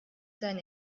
seine